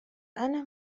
أنا